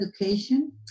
education